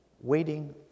waiting